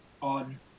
on